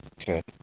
Okay